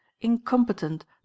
incompetent